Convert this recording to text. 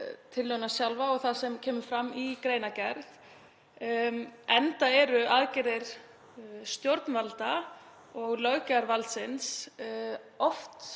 tillöguna sjálfa og það sem kemur fram í greinargerð enda eru aðgerðir stjórnvalda og löggjafarvaldsins oft